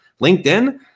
LinkedIn